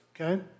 okay